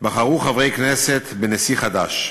בחרו חברי הכנסת נשיא חדש.